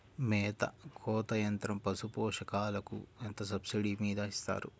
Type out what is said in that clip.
మేత కోత యంత్రం పశుపోషకాలకు ఎంత సబ్సిడీ మీద ఇస్తారు?